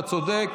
אתה צודק.